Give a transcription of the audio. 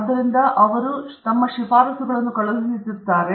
ಆದ್ದರಿಂದ ಅವರು ತಮ್ಮ ಶಿಫಾರಸುಗಳನ್ನು ಕಳುಹಿಸುತ್ತಾರೆ